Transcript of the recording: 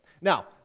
now